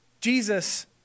Jesus